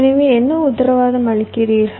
எனவே என்ன உத்தரவாதம் அளிக்கிறீர்கள்